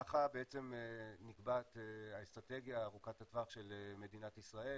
ככה בעצם נקבעת האסטרטגיה ארוכת הטווח של מדינת ישראל